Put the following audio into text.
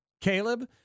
Caleb